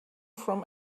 from